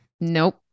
Nope